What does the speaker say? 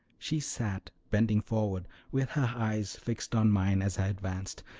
she sat bending forward with her eyes fixed on mine as i advanced,